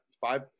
five